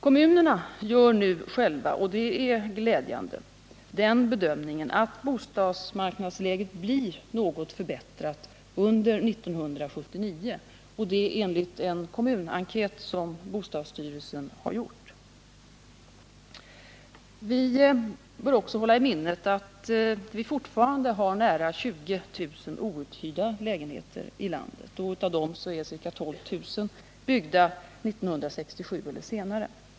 Kommunerna gör nu själva, vilket är glädjande, den bedömningen att bostadsmarknadsläget blir något förbättrat under 1979 — detta enligt en kommunenkät som bostadsstyrelsen har gjort. Vi bör också hålla i minnet att vi fortfarande har nära 20 000 outhyrda lägenheter i landet. Av dem är ca 12 000 byggda 1967 eller senare.